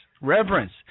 Reverence